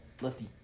Lefty